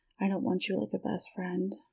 I-don't-want-you-like-a-best-friend